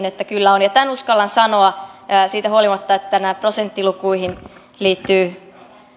että kyllä on tämän uskallan sanoa siitä huolimatta että näihin prosenttilukuihin liittyy